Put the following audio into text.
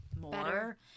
more